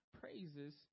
praises